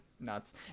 nuts